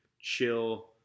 chill